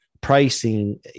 pricing